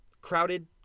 crowded